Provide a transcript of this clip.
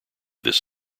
this